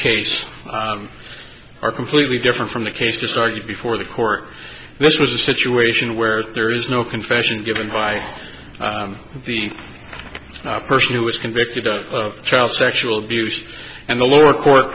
case are completely different from the case just argued before the court this was a situation where there is no confession given by the person who was convicted of child sexual abuse and the lower court